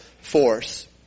force